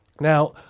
Now